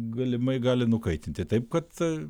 galimai gali nukaitinti taip kad